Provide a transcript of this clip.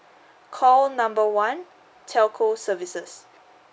call number one telco services